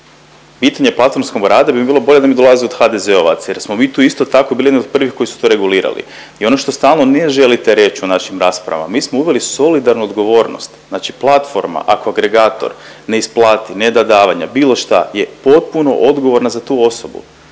pitanje platformskog rada bi mi bilo bolje da mi dolaze od HDZ-ovaca jer smo mi tu isto tako bili jedni od prvih koji su tu regulirali. I ono što stalno ne želite reć u našim raspravama, mi smo uveli solidarnu odgovornost. Znači platforma ako agregator ne isplati, ne da davanja, bilo šta je potpuno odgovorna za tu osobu.